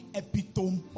epitome